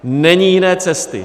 Není jiné cesty.